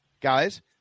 guys